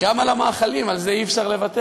גם על המאכלים, על זה אי-אפשר לוותר.